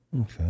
Okay